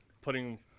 putting